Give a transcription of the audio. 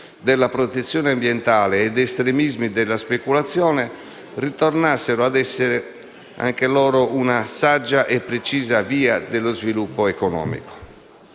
della protezione ambientale ed estremismi della speculazione), ritornasse ad essere una saggia e precisa via di sviluppo economico.